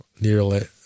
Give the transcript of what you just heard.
nearly